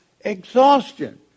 exhaustion